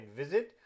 visit